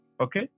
Okay